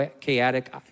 chaotic